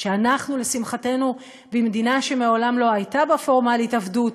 אנחנו לשמחתנו במדינה שמעולם לא הייתה בה פורמלית עבדות,